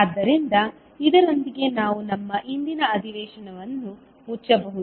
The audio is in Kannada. ಆದ್ದರಿಂದ ಇದರೊಂದಿಗೆ ನಾವು ನಮ್ಮ ಇಂದಿನ ಅಧಿವೇಶನವನ್ನು ಮುಚ್ಚಬಹುದು